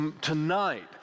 Tonight